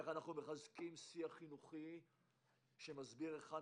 איך אנחנו מחזקים שיח חינוכי שמסביר היכן